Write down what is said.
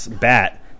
bat